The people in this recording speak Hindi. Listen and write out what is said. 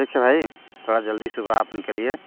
ठीक है भाई थोड़ा जल्दी सुबह आप निकलिए